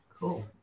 Cool